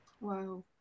Wow